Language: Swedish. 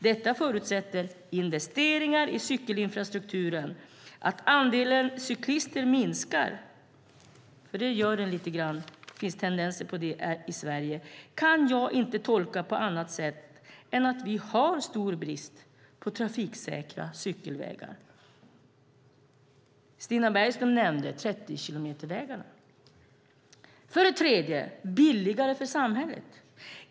Detta förutsätter investeringar i cykelinfrastrukturen. Att andelen cyklister minskar, vilket det finns tendenser till i Sverige, kan jag inte tolka på annat sätt än att vi har stor brist på trafiksäkra cykelvägar. Stina Bergström nämnde 30-kilometersvägarna. För det tredje blir det billigare för samhället.